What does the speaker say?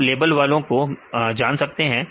आप लेबल वालों को जान सकते हैं